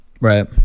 Right